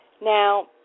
Now